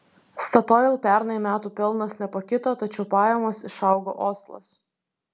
statoil pernai metų pelnas nepakito tačiau pajamos išaugo oslas